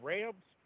Rams